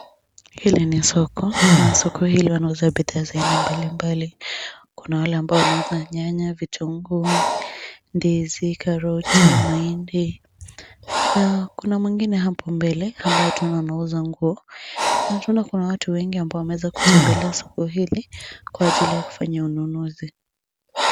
Hili ni soko, na soko hili linauza bidhaa za aina mbalimbali. Kuna wale ambao wanauza nyanya, vitunguu, ndizi, karoti, mahindi. Na kuna mwingine hapo mbele ambaye tunaona anauza nguo. Na tunaona kuna watu wengi ambao wameweza kutembelea soko hili, kwa ajili ya kufanya ununuzi.